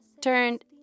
turned